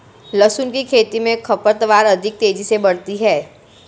लहसुन की खेती मे खरपतवार अधिक तेजी से बढ़ती है